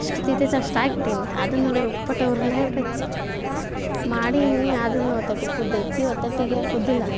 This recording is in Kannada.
ಎಷ್ಟು ತಿಂತೈತೆ ಅಷ್ಟು ಹಾಕ್ಬಿಟ್ಟೀನಿ ಅದನ್ನ ನೋಡಿ ರುಪ್ಪಟ ಉರ್ಲ್ ಆಯ್ಬಿಟ್ಟೈತಿ ಮಾಡೀನಿ ಅದನ್ನು ತಟಕ್ ಒಡ್ಡೋಟಿಗೆ ಕುದ್ದಿಲ್ಲ